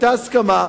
היתה הסכמה,